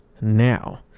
Now